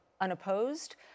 unopposed